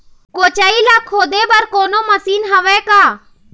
कोचई ला खोदे बर कोन्हो मशीन हावे का?